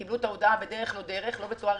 הם קיבלו את ההודעה בדרך לא דרך, לא בצורה רשמית,